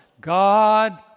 God